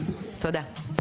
תודה.